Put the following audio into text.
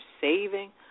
saving